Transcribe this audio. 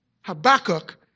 Habakkuk